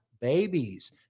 babies